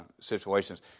situations